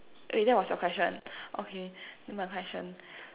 wait that was your question okay then my question